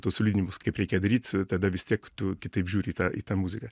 tuos liudijimus kaip reikia daryt tada vis tiek tu kitaip žiūri į tą į tą muziką